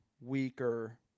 weaker